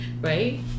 right